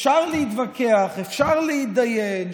אפשר להתווכח, אפשר להידיין.